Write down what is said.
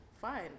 fine